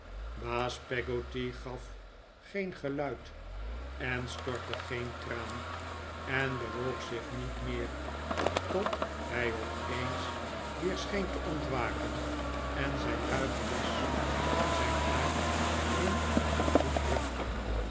baas peggotty gaf geen geluid en stortte geen traan en bewoog zich niet meer tot hij opeens weer scheen te ontwaken en zijn ruige jas van zijn haak in een hoek rukte